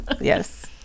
yes